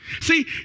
See